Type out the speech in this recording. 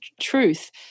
truth